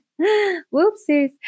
Whoopsies